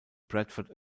bradford